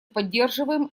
поддерживаем